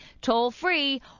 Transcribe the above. Toll-free